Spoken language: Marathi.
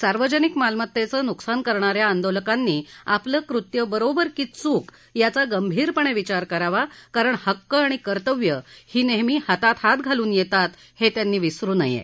सार्वजनिक मालमत्तेचं नुकसान करण्या या आंदोलकांनी आपलं कृत्य बरोबर की चूक याचा गंभीरपणे विचार करावा कारण हक्क आणि कर्तव्य ही नेहमी हातात हात घालून येतात हे त्यांनी विसरू नये